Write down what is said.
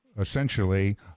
essentially